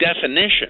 definition